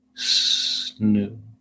Snoo